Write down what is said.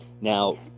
Now